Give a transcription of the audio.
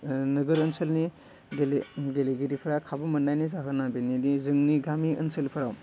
नोगोर ओनसोलनि गेले गेलेगिरिफ्रा खाबु मोननायनि जाहोना बेनोदि जोंनि गामि ओनसोलफोराव